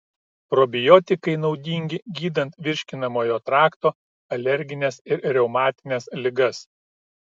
probiotikai naudingi gydant virškinamojo trakto alergines ir reumatines ligas